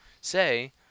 say